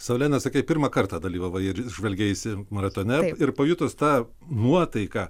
saulene sakei pirmą kartą dalyvavai ir žvalgeisi maratone ir pajutus tą nuotaiką